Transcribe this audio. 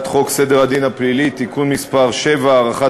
חוק סדר הדין הפלילי (חקירת חשודים) (תיקון מס' 7) (הארכת